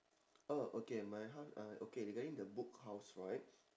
oh okay my house uh okay regarding the book house right